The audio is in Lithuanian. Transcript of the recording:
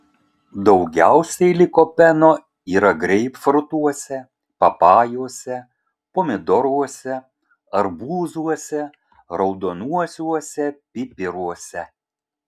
daugiausiai likopeno yra greipfrutuose papajose pomidoruose arbūzuose raudonuosiuose pipiruose